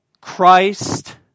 Christ